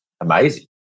amazing